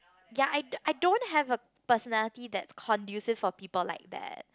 ya I do~ I don't have a personality that is conducive for people like that